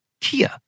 Kia